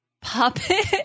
puppet